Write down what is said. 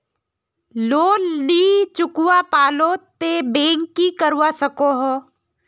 Loan नी चुकवा पालो ते बैंक की करवा सकोहो?